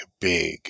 big